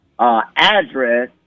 Address